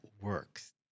works